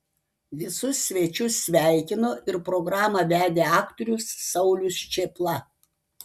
visus svečius sveikino ir programą vedė aktorius saulius čėpla